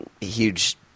huge